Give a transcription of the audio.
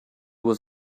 was